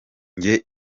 njye